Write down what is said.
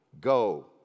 Go